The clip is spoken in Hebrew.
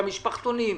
המשפחתונים,